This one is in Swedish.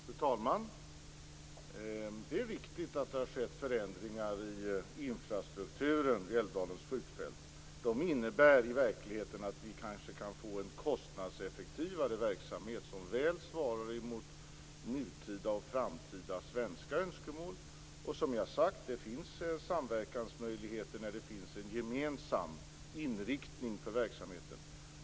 Fru talman! Det är riktigt att det har skett förändringar i infrastrukturen vid Älvdalens skjutfält. De innebär i verkligheten att vi kanske kan få en kostnadseffektivare verksamhet som väl svarar mot nutida och framtida svenska önskemål. Som jag sagt finns det samverkansmöjligheter när det finns en gemensam inriktning för verksamheten.